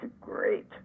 great